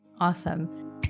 Awesome